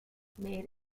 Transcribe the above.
made